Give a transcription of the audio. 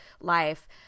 life